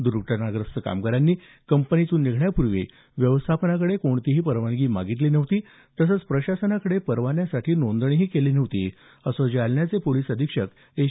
दर्घटनाग्रस्त कामगारांनी कंपनीतून निघण्यापूर्वी व्यवस्थापनाकडे कुठलीही परवानगी मागितली नव्हती तसंच प्रशासनाकडे परवान्याकरिता नोंदणीही केली नव्हती असं पोलीस अधीक्षक एस